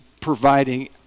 providing